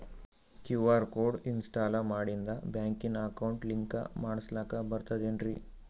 QR code install ಮಾಡಿಂದ ಬ್ಯಾಂಕಿನ account link ಮಾಡಸ್ಲಾಕ ಬರ್ತದೇನ್ರಿ